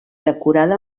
decorada